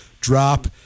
drop